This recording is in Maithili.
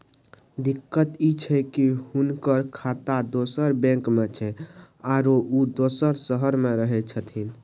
दिक्कत इ छै की हुनकर खाता दोसर बैंक में छै, आरो उ दोसर शहर में रहें छथिन